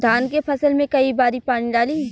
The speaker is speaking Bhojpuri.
धान के फसल मे कई बारी पानी डाली?